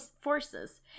forces